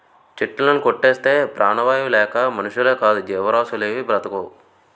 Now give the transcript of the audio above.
చెట్టులుని కొట్టేస్తే ప్రాణవాయువు లేక మనుషులేకాదు జీవరాసులేవీ బ్రతకవు